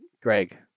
greg